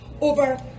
over